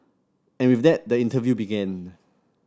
and with that the interview began